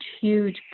huge